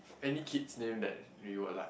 any kids near that you are like